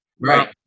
Right